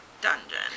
dungeon